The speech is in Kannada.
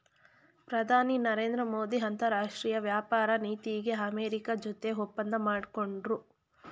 ಪ್ರಧಾನಿ ನರೇಂದ್ರ ಮೋದಿ ಅಂತರಾಷ್ಟ್ರೀಯ ವ್ಯಾಪಾರ ನೀತಿಗೆ ಅಮೆರಿಕ ಜೊತೆ ಒಪ್ಪಂದ ಮಾಡ್ಕೊಂಡ್ರು